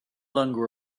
longer